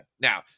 now